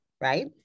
right